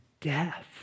death